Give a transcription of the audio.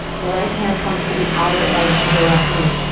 right hand comes to the outer edge of the left knee.